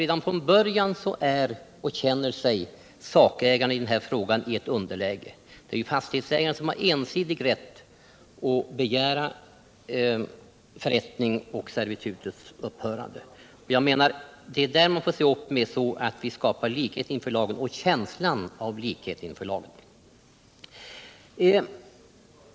Redan från början känner sig ju sakägaren i frågan i ett underläge. Fastighetsägaren har ensidig rätt att begära förrättning och servitutets upphörande. Här måste vi se upp så att vi skapar likhet inför lagen och även känsla av likhet inför lagen.